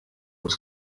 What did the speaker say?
was